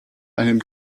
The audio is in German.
einen